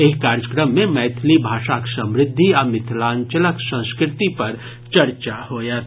एहि कार्यक्रम मे मैथिली भाषाक समृद्धि आ मिथिलांचक संस्कृति पर चर्चा होयत